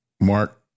Mark